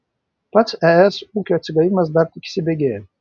pats es ūkio atsigavimas dar tik įsibėgėja